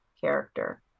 character